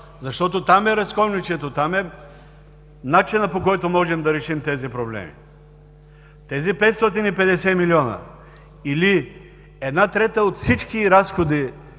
Защото там е разковничето, там е начинът, по който можем да решим тези проблеми. Тези 550 милиона или една трета от всички разходи